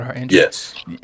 yes